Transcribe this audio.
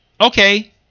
okay